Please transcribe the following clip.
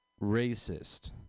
racist